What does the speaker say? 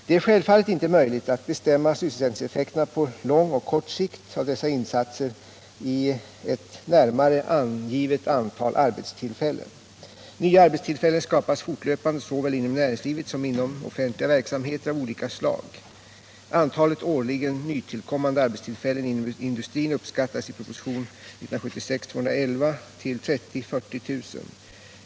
Det är självfallet inte möjligt att bestämma sysselsättningseffekterna på lång och kort sikt av dessa insatser i ett närmare angivet antal arbetstillfällen. Nya arbetstillfällen skapas fortlöpande såväl inom näringslivet som inom offentliga verksamheter av olika slag. Antalet årligen nytillkommande arbetstillfällen inom industrin uppskattades i propositionen 1976:211 till 30 000-40 000.